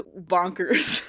bonkers